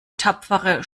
tapfere